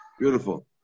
Beautiful